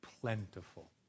plentiful